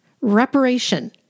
reparation